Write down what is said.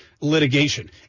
litigation